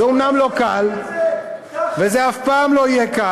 זה אומנם לא קל, אתה לא מתבייש להגיד את זה?